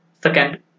second